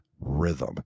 rhythm